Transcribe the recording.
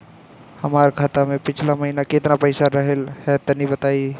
हमार खाता मे पिछला महीना केतना पईसा रहल ह तनि बताईं?